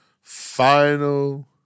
final